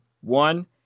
One